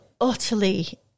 utterly